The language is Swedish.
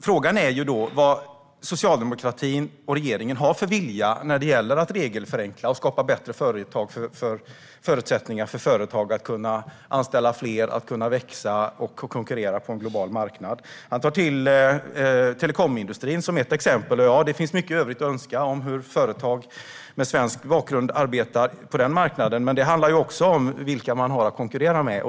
Vilken vilja har socialdemokratin och regeringen när det gäller att regelförenkla och skapa bättre förutsättningar för företag att kunna anställa fler och att kunna växa och konkurrera på en global marknad? Johan tar telekomindustrin som exempel. Det finns mycket i övrigt att önska av hur företag med svensk bakgrund arbetar på den marknaden, men det handlar också om vilka man har att konkurrera med.